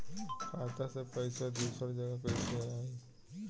खाता से पैसा दूसर जगह कईसे जाई?